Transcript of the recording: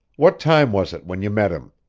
what time was it when you met him?